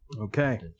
Okay